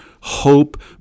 hope